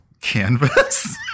canvas